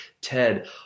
Ted